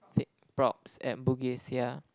fake props at Bugis yeah